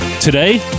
Today